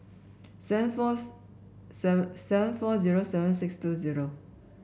seven forth seven seven four zero seven six two zero